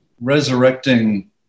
resurrecting